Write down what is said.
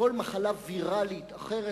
מחלה וירלית אחרת,